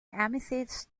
amethyst